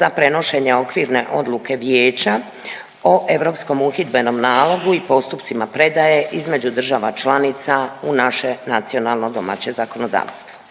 za prenošenje okvirne odluke Vijeća o europskom uhidbenom nalogu i postupcima predaje između država članica u naše nacionalno domaće zakonodavstvo.